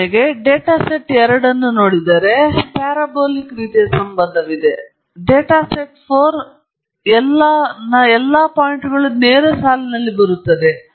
ಉದಾಹರಣೆಗೆ ನೀವು data set 2 ಅನ್ನು ನೋಡಿದರೆ ಪ್ಯಾರಾಬೋಲಿಕ್ ರೀತಿಯ ಸಂಬಂಧವಿದೆ ಆದರೆ ಡೇಟಾ ಸೆಟ್ 4 ಎಲ್ಲಾ ಪಾಯಿಂಟ್ಗಳು ನೇರ ಸಾಲಿನಲ್ಲಿ ಬರುತ್ತವೆ